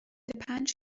پنج